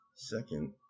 Second